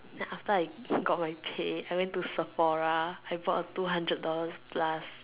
then after I got got my pay I went to Sephora I bought a two hundred dollar plus